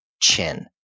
chin